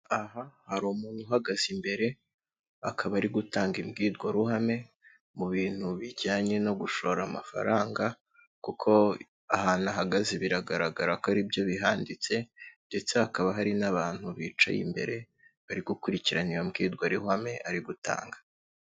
Aha hari umuntu uhagaze imbere akaba ari gutanga imbwirwaruhame mu bintu bijyanye no gushora amafaranga kuko ahantu ahagaze biragaragara ko aribyo bihanditse ndetse hakaba hari n'abantu bicaye imbere bari gukurikirana iyo mbwirwaruhame ari gutanga.